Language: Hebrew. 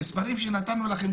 המספרים שנתנו לכם,